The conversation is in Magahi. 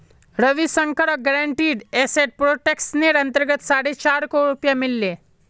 रविशंकरक गारंटीड एसेट प्रोटेक्शनेर अंतर्गत साढ़े चार करोड़ रुपया मिल ले